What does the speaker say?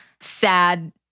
sad